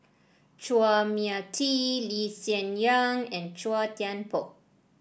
Chua Mia Tee Lee Hsien Yang and Chua Thian Poh